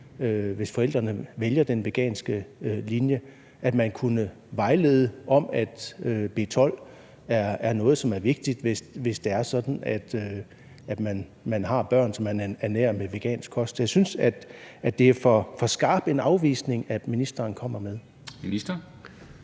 at forældrene vælger den vegansk linje, og man kunne vejlede om, at B12 er noget, som er vigtigt, hvis det er sådan, at man har børn, som man ernærer med vegansk kost. Så jeg synes, at det er for skarp en afvisning, ministeren kommer med. Kl.